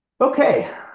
Okay